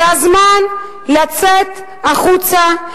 זה הזמן לצאת החוצה,